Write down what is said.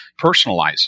personalize